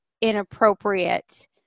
inappropriate